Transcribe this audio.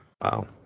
Wow